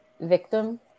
victim